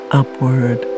upward